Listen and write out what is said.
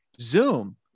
Zoom